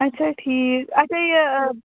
اَچھا ٹھیٖک اَچھا یہِ